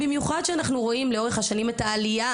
במיוחד כשאנחנו רואים לאורך השנים את העלייה